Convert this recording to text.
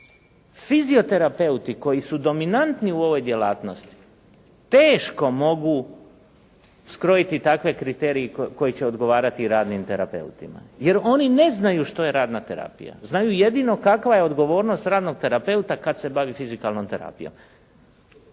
Fizioterapeuti koji su dominantni u ovoj djelatnosti teško mogu skrojiti takve kriterije koji će odgovarati radnim terapeutima, jer oni ne znaju što je radna terapija, znaju jedino kakva je odgovornost radnog terapeuta kada se bavi fizikalnom terapijom.